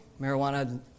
marijuana